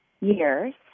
years